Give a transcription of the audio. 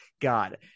God